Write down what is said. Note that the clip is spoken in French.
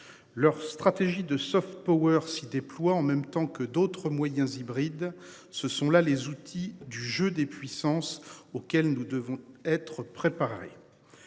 Leur stratégie de soft power s'déploie en même temps que d'autres moyens hybride. Ce sont là les outils du jeu des puissances auquel nous devons être préparés.